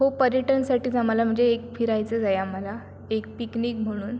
हो पर्यटनासाठीच आम्हाला म्हणजे एक फिरायचंच आहे आम्हाला एक पिकनिक म्हणून